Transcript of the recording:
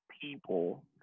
people